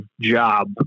job